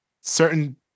certain